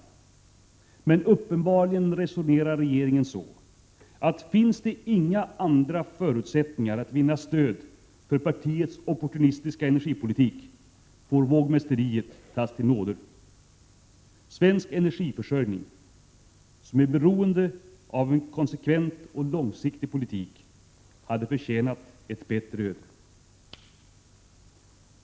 Men uppenbarligen resonerar regeringen så, att finns det inga andra förutsättningar att vinna stöd för partiets opportunistiska energipolitik, får vågmästeriet tas till nåder. Svensk energiförsörjning, som är beroende av en konsekvent och långsiktig politik, hade förtjänat ett bättre öde.